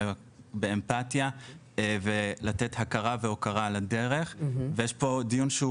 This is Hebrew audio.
אלא באמפתיה ולתת הכרה והוקרה לדרך ויש פה דיון שהוא